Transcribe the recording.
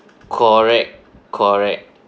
correct correct